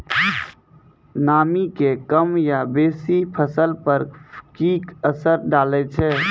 नामी के कम या बेसी फसल पर की असर डाले छै?